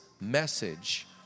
message